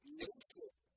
nature